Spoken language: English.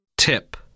Tip